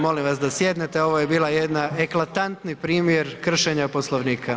Molim vas da sjednete, ovo je bila jedna, eklatantni primjer kršenja Poslovnika.